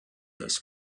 des